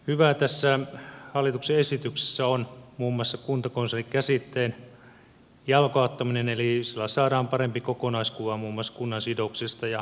hyvää tässä hallituksen esityksessä on muun muassa kuntakonserni käsitteen jalkauttaminen eli sillä saadaan parempi kokonaiskuva muun muassa kunnan sidoksista ja vastuista